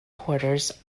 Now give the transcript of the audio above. quarters